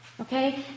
Okay